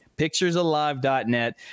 picturesalive.net